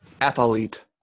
Athlete